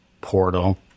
portal